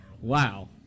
Wow